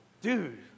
Dude